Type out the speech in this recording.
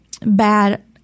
bad